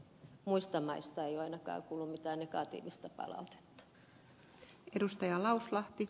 muista maista ei ole ainakaan kuulunut mitään negatiivista palautetta